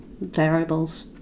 variables